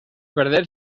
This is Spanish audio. perder